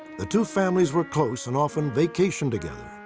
the two families were close and often vacationed together.